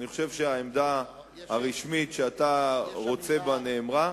אני חושב שהעמדה הרשמית שאתה רוצה בה, נאמרה.